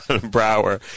Brower